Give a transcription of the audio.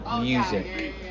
music